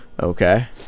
Okay